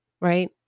right